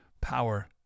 power